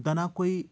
दनां कोई